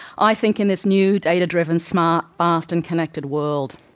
i think in this new data-driven smart, fast and connected world,